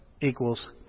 equals